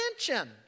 attention